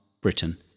Britain